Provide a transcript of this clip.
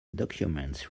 documents